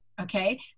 okay